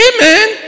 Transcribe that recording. Amen